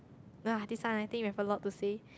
[wah] this one I think you have a lot to say